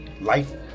Life